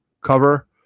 cover